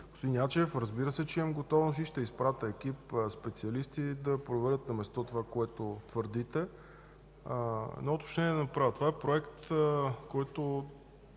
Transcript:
господин Ячев, разбира се, че имам готовност и ще изпратя екип специалисти да проверят на място това, което твърдите. Едно уточнение да направя – това е проект, който